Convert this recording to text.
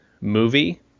movie